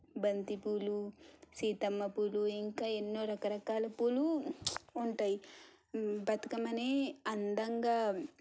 బంతిపూలు సీతమ్మ పూలు ఇంకా ఎన్నో రకరకాల పూలు ఉంటాయి బతుకమ్మని అందంగా